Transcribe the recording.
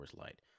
Light